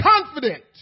confident